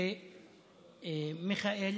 שמיכאל